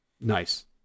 Nice